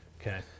Okay